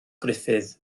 gruffudd